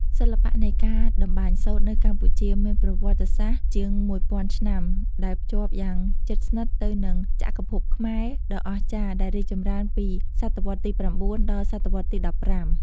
សិល្បៈនៃការតម្បាញសូត្រនៅកម្ពុជាមានប្រវត្តិសាស្ត្រជាងមួយពាន់ឆ្នាំ ដែលភ្ជាប់យ៉ាងជិតស្និទ្ធទៅនឹង ចក្រភពខ្មែរ ដ៏អស្ចារ្យដែលរីកចម្រើនពីសតវត្សរ៍ទី៩ ដល់សតវត្សរ៍ទី១៥។